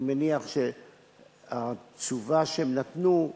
אני מניח שהתשובה שהם נתנו,